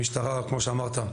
כמו שאמרת,